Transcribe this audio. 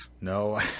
No